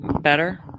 better